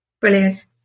Brilliant